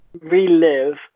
relive